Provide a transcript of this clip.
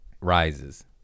rises